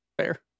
Fair